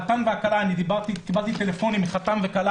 החתן והכלה דיברתי בטלפון עם חתן וכלה